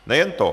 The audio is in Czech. Nejen to.